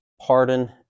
pardon